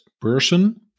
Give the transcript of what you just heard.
person